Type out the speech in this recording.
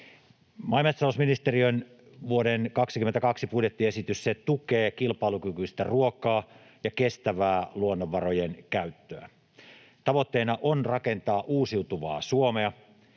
ja metsätalousministeriön vuoden 22 budjettiesitys tukee kilpailukykyistä ruokaa ja kestävää luonnonvarojen käyttöä. Tavoitteena on rakentaa uusiutuvaa Suomea,